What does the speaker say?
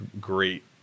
great